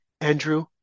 Andrew